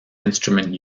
instrument